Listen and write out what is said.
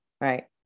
right